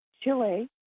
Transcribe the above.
Chile